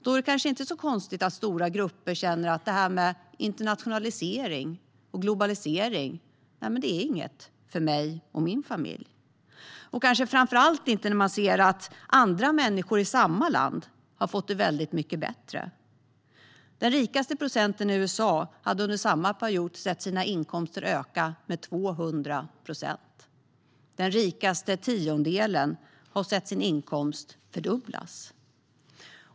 Då är det kanske inte så konstigt att stora grupper känner: Det här med internationalisering och globalisering är inget för mig och min familj. Det är kanske framför allt inte konstigt när de ser att andra människor i samma land har fått det väldigt mycket bättre. Den rikaste procenten i USA har under samma period sett sin inkomst öka med 200 procent. Den rikaste tiondelen har sett sin inkomst fördubblas.